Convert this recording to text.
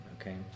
okay